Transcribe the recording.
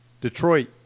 Detroit